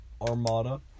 Armada